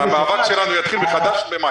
המאבק שלנו יתחיל מחדש במאי.